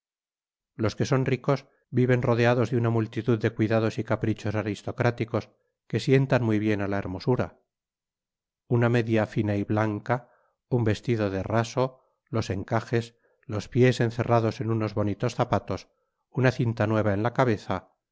los que son ricos viven rodeados de una multitud de cuidados y caprichos aristocráticos que sientan muy bien á la hermosura una media fina y blanca un vestido de raso los encajes los piés encerrados en unos bonitos zapatos una cinta nueva en la cabeza